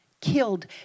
killed